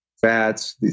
fats